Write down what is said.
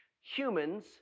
humans